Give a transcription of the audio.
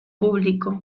público